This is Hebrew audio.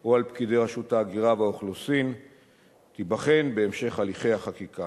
או על פקידי רשות ההגירה והאוכלוסין ייבחן בהמשך הליכי החקיקה.